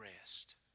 rest